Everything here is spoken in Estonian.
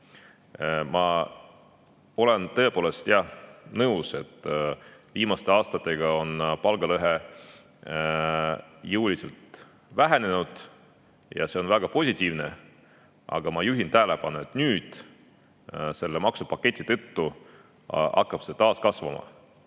Ma olen tõepoolest nõus, et viimaste aastatega on palgalõhe jõuliselt vähenenud, see on väga positiivne, aga ma juhin tähelepanu, et nüüd selle maksupaketi tõttu hakkab see taas kasvama.